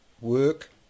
work